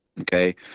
okay